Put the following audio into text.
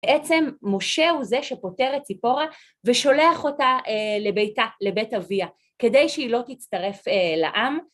בעצם משה הוא זה שפוטר את ציפורה ושולח אותה לביתה, לבית אביה, כדי שהיא לא תצטרף לעם.